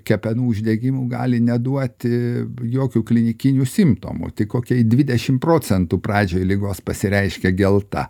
kepenų uždegimu gali neduoti jokių klinikinių simptomų tik kokiai dvidešimt procentų pradžioje ligos pasireiškia gelta